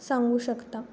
सांगू शकता